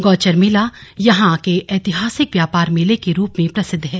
गौचर मेला यहां के ऐतिहासिक व्यापार मेले के रूप में प्रसिद्ध है